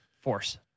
force